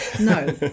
No